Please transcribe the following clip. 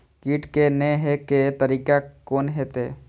कीट के ने हे के तरीका कोन होते?